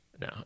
no